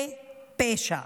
זה פשע.